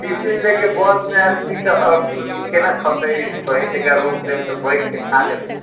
tiffin लेके बसमे आदमी केना खतै कहीं तनिका रोकि देब तऽ बैठ के खा लेबै